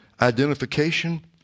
identification